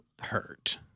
hurt